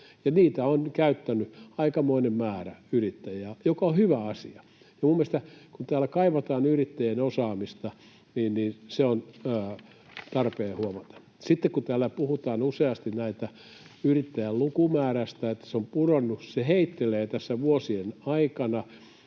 sitä on käyttänyt aikamoinen määrä yrittäjiä, mikä on hyvä asia. Minun mielestäni, kun täällä kaivataan yrittäjien osaamista, se on tarpeen huomata. Sitten kun täällä puhutaan useasti näiden yrittäjien lukumäärästä, että se on pudonnut, se heittelee tässä vuosien aikana